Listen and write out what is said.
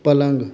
पलङ्ग